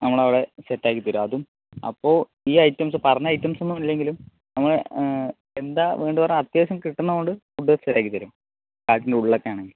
നമ്മളവിടെ സെറ്റാക്കിത്തരും അതും അപ്പോൾ ഈ ഐറ്റംസ് പറഞ്ഞ ഐറ്റംസ് ഒന്നുമില്ലെങ്കിലും നമ്മൾ എന്താ വേണ്ടതെന്ന് പറഞ്ഞാൽ അത്യാവശ്യം കിട്ടുന്നതുകൊണ്ട് ഫുഡ് സെറ്റാക്കിത്തരും കാട്ടിൻ്റെ ഉള്ളിലൊക്കെ ആണെങ്കിൽ